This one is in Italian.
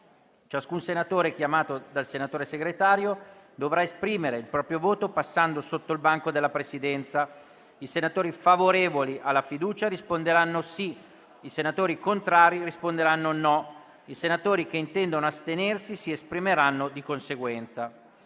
Ciascun senatore chiamato dal senatore Segretario dovrà esprimere il proprio voto passando innanzi al banco della Presidenza. I senatori favorevoli alla fiducia risponderanno sì; i senatori contrari risponderanno no; i senatori che intendono astenersi si esprimeranno di conseguenza.